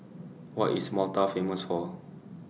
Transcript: What IS Malta Famous For